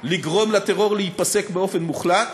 לגרום לטרור להיפסק באופן מוחלט.